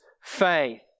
faith